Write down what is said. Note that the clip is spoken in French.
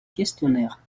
questionnaire